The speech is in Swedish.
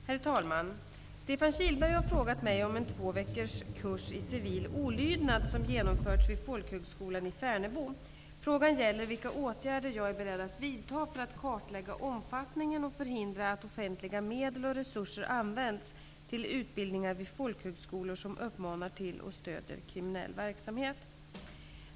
Herr talman! Stefan Kihlberg har frågat mig om en två veckors kurs i ''civil olydnad'' som genomförts vid folkhögskolan i Färnebo. Frågan gäller vilka åtgärder jag är beredd att vidta för att kartlägga omfattningen och förhindra att offentliga medel och resurser används till utbildningar vid folkhögskolor som ''uppmanar till och stödjer kriminell verksamhet''.